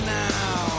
now